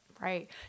Right